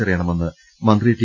ച്ചറിയണമെന്ന് മന്ത്രി ടി